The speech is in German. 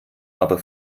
aber